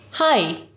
Hi